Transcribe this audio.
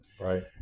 right